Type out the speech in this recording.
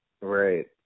Right